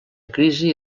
crisi